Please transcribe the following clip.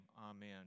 amen